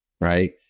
right